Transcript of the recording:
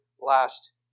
last